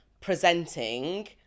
presenting